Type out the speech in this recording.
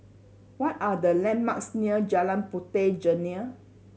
what are the landmarks near Jalan Puteh Jerneh